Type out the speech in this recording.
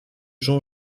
jean